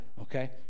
okay